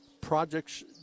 projects